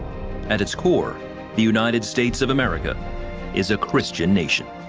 at its core the united states of america is a christian nation.